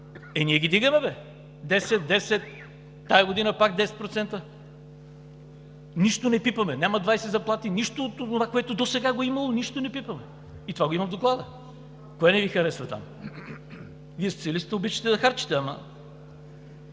Е ние ги вдигаме де – 10, 10, тази година пак 10%. Нищо не пипаме, 20 заплати, нищо от това, което досега го е имало, не пипаме и това го има в Доклада. Кое не Ви харесва там? Вие социалистите обичате да харчите, ама…